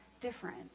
different